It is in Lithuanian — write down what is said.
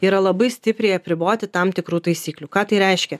yra labai stipriai apriboti tam tikrų taisyklių ką tai reiškia